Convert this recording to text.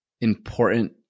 important